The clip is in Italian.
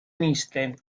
miste